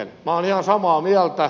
minä olen ihan samaa mieltä